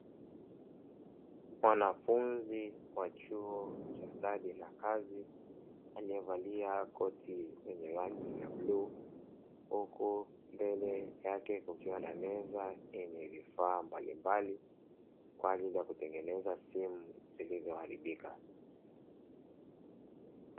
Mwanafunzi wa chuo cha stadi na kazi aliyevalia koti lenye rangi ya bluu huku mbele yake kukiwa na meza yenye vifaa mbalimbali kwa ajili ya kutengeneza simu zilizoharibika.